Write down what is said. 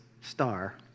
star